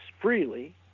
freely